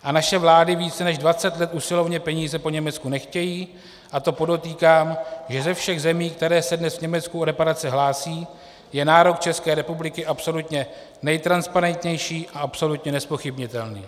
A naše vlády více než dvacet let usilovně peníze po Německu nechtějí, a to podotýkám, že ze všech zemí, které se dnes Německu o reparace hlásí, je nárok České republiky absolutně nejtransparentnější a absolutně nezpochybnitelný.